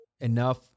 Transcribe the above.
enough